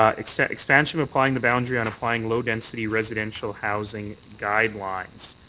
ah expansion of applying the boundary on applying low density residential housing guidelines.